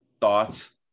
thoughts